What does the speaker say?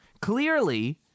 Clearly